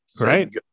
Right